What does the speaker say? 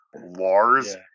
Lars